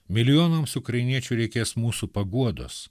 milijonams ukrainiečių reikės mūsų paguodos